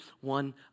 one